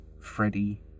Freddie